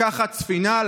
לקחת ספינה,